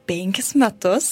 penkis metus